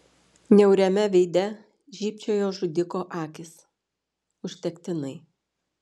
niauriame veide žybčiojo žudiko akys užtektinai